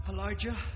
Elijah